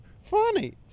funny